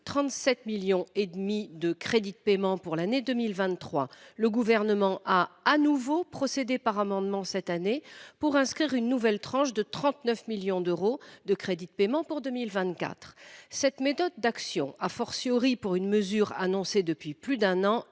37,5 millions d’euros en crédits de paiement pour l’année 2023. Le Gouvernement a procédé de nouveau par amendement cette année, pour inscrire une nouvelle tranche de 39 millions d’euros en crédits de paiement pour 2024. Cette méthode d’action,, pour une mesure annoncée depuis plus d’un an,